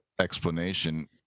explanation